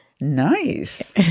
Nice